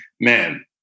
man